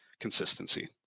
consistency